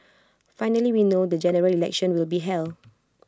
finally we know when the General Election will be held